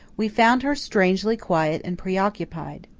we found her strangely quiet and preoccupied.